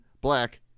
black